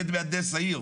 עומד מהנדס העיר,